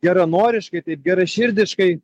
geranoriškai taip geraširdiškai